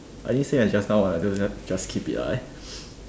I think same as just now one so so we just keep it lah